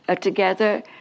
together